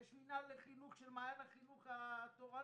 ויש מינהל לחינוך של מעיין החינוך התורני.